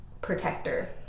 protector